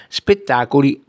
spettacoli